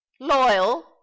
loyal